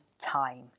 time